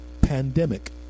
pandemic